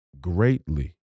greatly